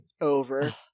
over